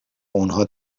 انها